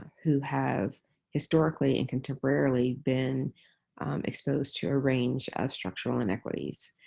who have historically and contemporarily been exposed to a range of structural inequities.